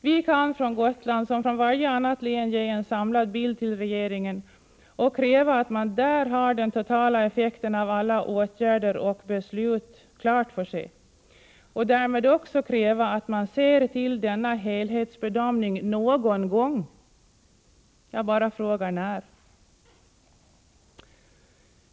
Vi från Gotland kan, som varje annat län, ge en samlad bild till regeringen och kräva att man där har den totala effekten av alla åtgärder och beslut klar för sig och därmed också kräva att man ser till denna helhetsbedömning någon gång. Jag bara frågar: När?